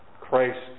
Christ